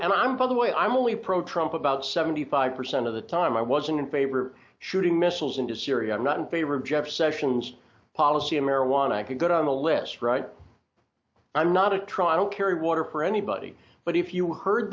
and i'm by the way i'm only pro trump about seventy five percent of the time i wasn't in favor shooting missiles into syria i'm not in favor of jeff sessions policy in marijuana i could go down the list right i'm not a try i don't carry water for anybody but if you heard